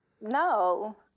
no